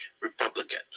Republican